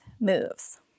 moves